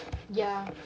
ya